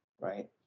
Right